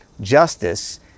Justice